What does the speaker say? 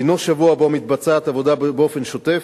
אינו שבוע שבו מתבצעת עבודה באופן שוטף.